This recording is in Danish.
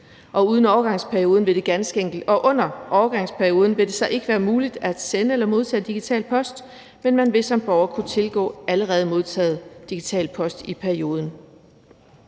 uden at lukke midlertidigt ned, og under overgangsperioden vil det så ikke være muligt at sende eller modtage digital post, men man vil som borger kunne tilgå allerede modtaget digital post i perioden.